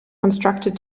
constructed